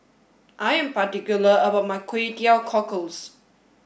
I am particular about my Kway Teow Cockles